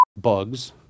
bugs